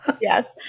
Yes